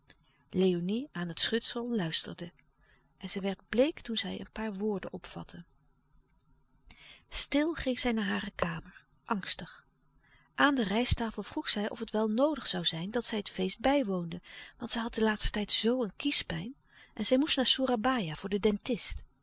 léonie aan het schutsel luisterde en zij werd bleek toen zij een paar woorden opvatte stil ging zij naar hare kamer angstig aan de rijsttafel vroeg zij of het wel noodig zoû zijn dat zij het feest bijwoonde want zij had den laatsten tijd zoo een kiespijn en zij moest naar soerabaia voor den